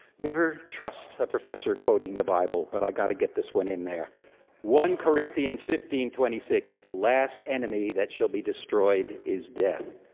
never trust a professor quoting the bible, but i've got to get this one in there one corinthians fifteen twenty six, the last enemy that shall be destroyed is death.